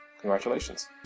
Congratulations